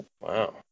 Wow